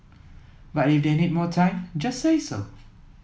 but if they need more time just say so